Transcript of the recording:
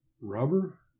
Rubber